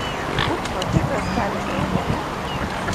putino tigras kelia siaubą ūkininkams